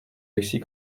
alexis